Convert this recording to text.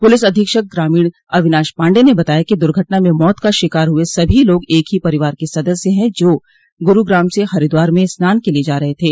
police अधीक्षक ग्रामीण अविनाश पाण्डेय ने बताया कि दुर्घटना में मौत का शिकार हुए सभी लोग एक ही परिवार के सदस्य है जो गुरूग्राम से हरिद्वार में स्नान के लिये जा रहे थे